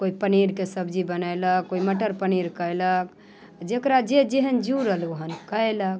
कोइ पनीरके सब्जी बनेलक कोइ मटर पनीर कयलक जेकरा जे जेहन जुड़ल ओहने कयलक